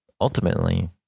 ultimately